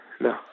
no